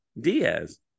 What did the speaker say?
Diaz